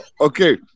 Okay